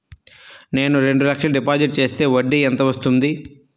నేను రెండు లక్షల డిపాజిట్ చేస్తే వడ్డీ ఎంత వస్తుంది?